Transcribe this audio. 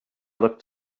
looked